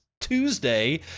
Tuesday